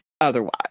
otherwise